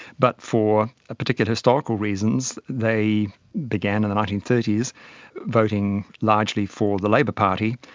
but for particular historical reasons they began in the nineteen thirty s voting largely for the labour party,